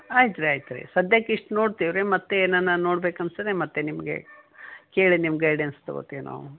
ಆಯ್ತು ರೀ ಆಯ್ತು ರೀ ಸದ್ಯಕ್ಕೆ ಇಷ್ಟು ನೋಡ್ತೀವಿ ರೀ ಮತ್ತು ಏನರ ನೋಡ್ಬೇಕು ಅನ್ಸದ್ರೆ ಮತ್ತೆ ನಿಮಗೆ ಕೇಳಿ ನಿಮ್ಮ ಗೈಡೆನ್ಸ್ ತಗೋತೀವಿ ನಾವು